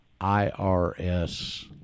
IRS